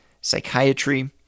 psychiatry